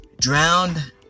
drowned